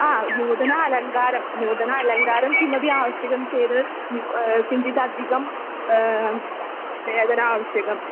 आ नूतनम् अलङ्गारं नूतनम् अलङ्गारं किमपि आवश्यकं चेत् न्यू किञ्चिदधिकं वेतनम् आवश्यकम्